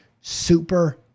super